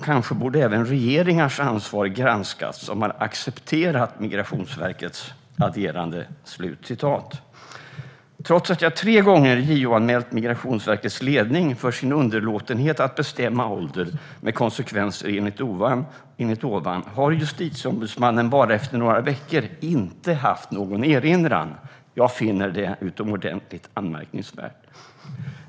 Kanske borde även ansvaret hos regeringar, som har accepterat Migrationsverkets agerande, granskas. Det var ett utdrag ur min interpellation. Trots att jag tre gånger har JOanmält Migrationsverkets ledning för underlåtenheten att bestämma ålder med de konsekvenser jag här redogjort för har Justitieombudsmannen efter bara några veckor inte haft någon erinran. Jag finner det utomordentligt anmärkningsvärt.